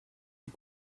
est